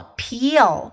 peel